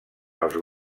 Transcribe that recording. els